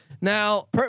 Now